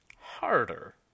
Harder